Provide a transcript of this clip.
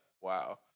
wow